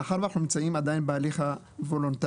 מאחר ואנחנו נמצאים עדין בהליך הוולונטרי,